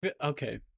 Okay